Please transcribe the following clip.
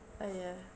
ah ya